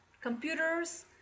computers